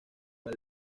con